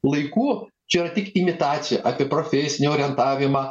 laikų čia tik imitacija apie profesinį orientavimą